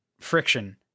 friction